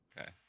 Okay